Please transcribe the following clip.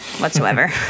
whatsoever